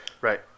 Right